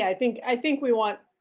i think i think we want